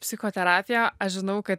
psichoterapiją aš žinau kad